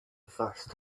first